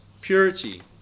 Purity